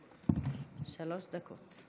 הרצנו, שלוש דקות.